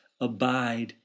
abide